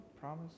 Promise